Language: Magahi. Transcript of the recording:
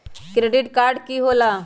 क्रेडिट कार्ड की होला?